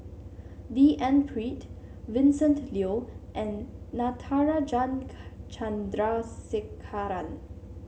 D N Pritt Vincent Leow and Natarajan Chandrasekaran